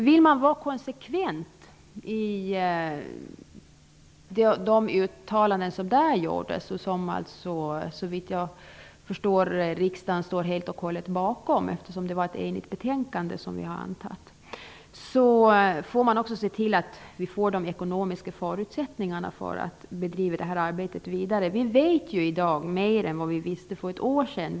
Vad jag förstår står riksdagen helt och hållet bakom de uttalanden som gjordes där eftersom det var ett enigt betänkande som vi antog. Då får man också se till att vi får de ekonomiska förutsättningarna för att bedriva det här arbetet vidare. Vi vet mer i dag än vad vi visste för ett år sedan.